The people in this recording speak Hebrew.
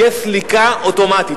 תהיה סליקה אוטומטית.